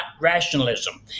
rationalism